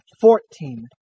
Fourteen